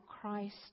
Christ